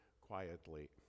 quietly